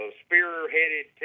spear-headed